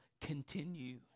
continue